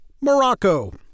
Morocco